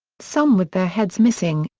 some with their heads missing,